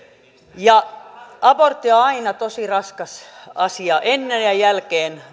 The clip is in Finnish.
ja abortti on aina tosi raskas asia naiselle ennen ja jälkeen